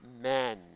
men